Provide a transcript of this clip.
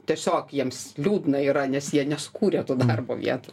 tiesiog jiems liūdna yra nes jie nesukūrė tų darbo vietų